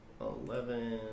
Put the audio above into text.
Eleven